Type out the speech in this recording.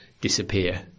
disappear